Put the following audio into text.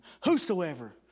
Whosoever